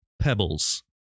Pebbles